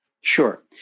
Sure